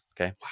Okay